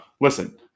Listen